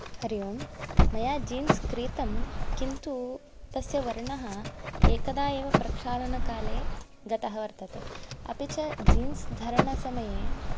हरि ओम् मया जीन्स् क्रीतं किन्तु तस्य वर्णः एकदा एव प्रक्षालणकाले गतः वर्तते अपि च जीन्स् धरणसमये